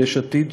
יש עתיד,